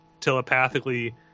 telepathically